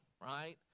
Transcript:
right